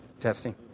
Testing